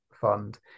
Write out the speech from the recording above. fund